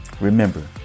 Remember